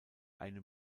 einem